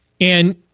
And-